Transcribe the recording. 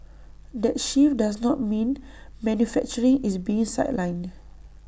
that shift does not mean manufacturing is being sidelined